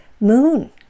moon